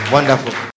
Wonderful